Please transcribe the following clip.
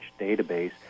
database